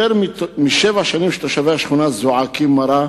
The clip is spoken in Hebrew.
יותר משבע שנים תושבי השכונה זועקים מרה.